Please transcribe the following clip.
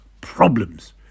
problems